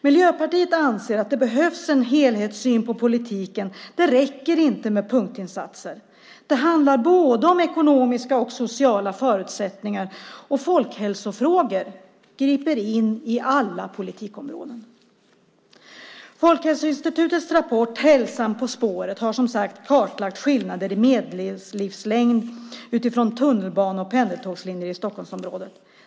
Miljöpartiet anser att det behövs en helhetssyn på politiken. Det räcker inte med punktinsatser. Det handlar om både ekonomiska och sociala förutsättningar. Folkhälsofrågor griper in i alla politikområden. Folkhälsoinstitutets rapport Hälsan på spåret har kartlagt skillnader i medellivslängd utifrån tunnelbane och pendeltågslinjer i Stockholmsområdet.